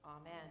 Amen